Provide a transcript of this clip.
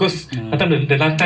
mm